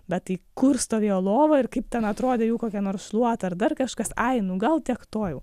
bet tai kur stovėjo lova ir kaip ten atrodė jų kokia nors šluota ar dar kažkas ai nu gal tiek to jau